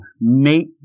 Make